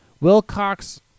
Wilcox